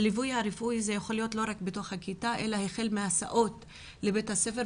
הליווי הרפואי הוא לא רק בכיתה אלא הוא מתחיל בהסעות לבית הספר.